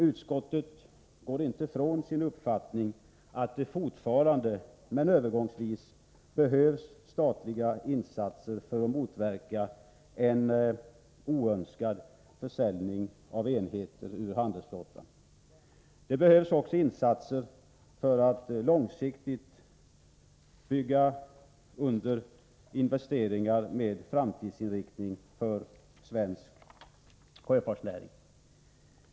Utskottet går inte från sin uppfattning att det fortfarande, men övergångsvis, behövs statliga insatser för att motverka en oönskad försäljning av enheter ur handelsflottan. Det behövs också insatser för att långsiktigt bygga under investeringar med framtidsinriktning för svensk sjöfartsnäring.